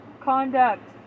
conduct